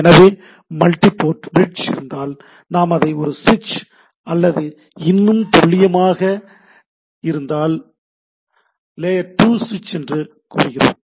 எனவே multiport bridge இருந்தால் நாம் அதை ஒரு சுவிட்ச் அல்லது இன்னும் துல்லியமாக லேயர் 2 சுவிட்ச் என்று கூறுகிறோம்